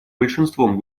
большинством